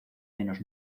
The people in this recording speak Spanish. menos